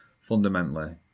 fundamentally